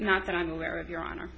not that i'm aware of your honor